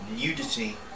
nudity